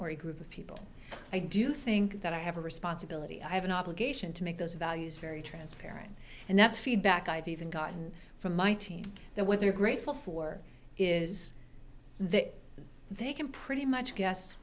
or a group of people i do think that i have a responsibility i have an obligation to make those values very transparent and that's feedback i've even gotten from my team there were grateful for is that they can pretty much g